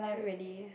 really